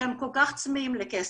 שכל כך צמאים לכסף,